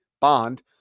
bond